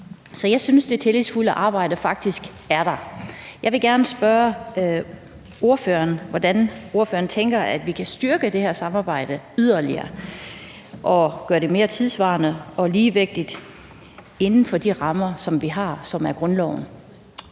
Så jeg synes, det tillidsfulde arbejde faktisk er der. Jeg vil gerne spørge ordføreren, hvordan ordføreren tænker at vi kan styrke det her samarbejde yderligere og gøre det mere tidssvarende og ligevægtigt inden for de rammer, som vi har med grundloven.